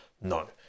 No